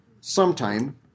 sometime